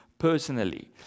personally